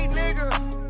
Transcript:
nigga